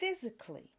physically